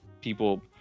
people